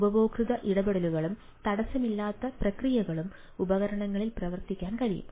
ഉപയോക്തൃ ഇടപെടലും തടസ്സമില്ലാത്ത പ്രക്രിയകളും ഉപകരണങ്ങളിൽ പ്രവർത്തിപ്പിക്കാൻ കഴിയും